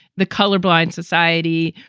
the colorblind society.